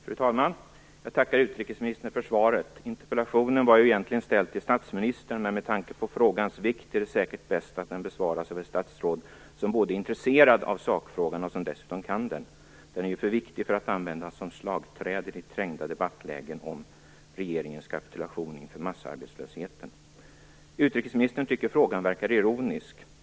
Fru talman! Jag tackar utrikesministern för svaret. Interpellationen var egentligen ställd till statsministern. Med tanke på frågans vikt är det säkert bäst att den besvaras av ett statsråd som både är intresserad av sakfrågan och som dessutom kan den. Den är för viktig för att användas som slagträ i trängda debattlägen om regeringens kapitulation inför massarbetslösheten. Utrikesministern tycker att frågan verkar vara ironisk.